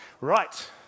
right